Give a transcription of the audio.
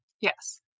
Yes